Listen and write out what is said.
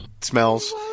smells